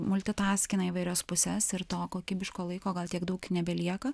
multitaskina įvairias puses ir to kokybiško laiko gal tiek daug nebelieka